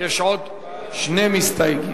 יש עוד שני מסתייגים.